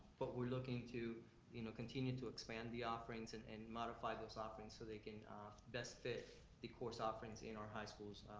but we're looking to you know continue to expand the offerings and and modify those offerings so they can best fit the course offerings in our high schools.